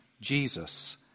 Jesus